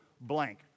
blank